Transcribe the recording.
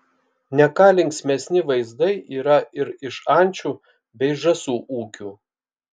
ne ką linksmesni vaizdai yra ir iš ančių bei žąsų ūkių